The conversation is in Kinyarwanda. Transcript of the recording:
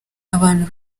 abantu